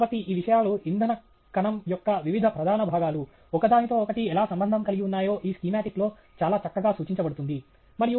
కాబట్టి ఈ విషయాలు ఇంధన కణం యొక్క వివిధ ప్రధాన భాగాలు ఒకదానితో ఒకటి ఎలా సంబంధం కలిగి ఉన్నాయో ఈ స్కీమాటిక్లో చాలా చక్కగా సూచించబడుతుంది